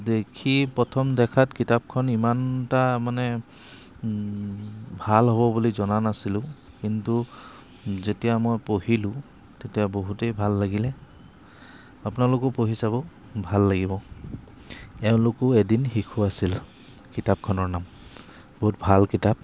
দেখি প্ৰথম দেখাত কিতাপখন ইমান এটা মানে ভাল হ'ব বুলি জনা নাছিলোঁ কিন্তু যেতিয়া মই পঢ়িলোঁ তেতিয়া বহুতেই ভাল লাগিলে আপোনালোকেও পঢ়ি চাব ভাল লাগিব এওঁলোকো এদিন শিশু আছিল কিতাপখনৰ নাম বহুত ভাল কিতাপ